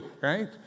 Right